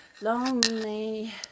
lonely